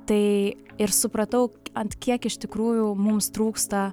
tai ir supratau ant kiek iš tikrųjų mums trūksta